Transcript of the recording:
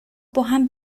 باهم